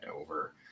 over